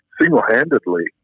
single-handedly